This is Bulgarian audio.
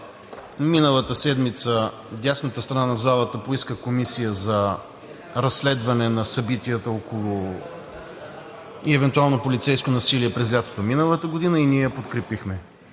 Миналата седмица дясната страна на залата поиска комисия за разследване на събитията и евентуално полицейско насилие през лятото на миналата година и ние я подкрепихме.